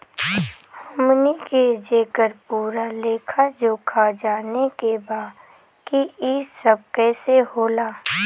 हमनी के जेकर पूरा लेखा जोखा जाने के बा की ई सब कैसे होला?